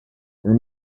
were